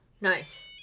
Nice